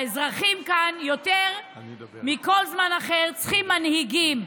האזרחים כאן יותר מבכל זמן אחר צריכים מנהיגים,